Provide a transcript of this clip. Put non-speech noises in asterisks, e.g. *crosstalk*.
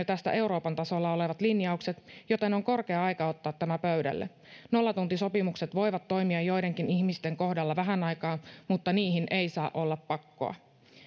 *unintelligible* tästä euroopan tasolla olevat linjaukset joten on korkea aika ottaa tämä pöydälle nollatuntisopimukset voivat toimia joidenkin ihmisten kohdalla vähän aikaa mutta niihin ei saa olla pakkoa